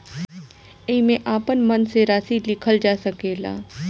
एईमे आपन मन से राशि लिखल जा सकेला